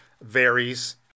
varies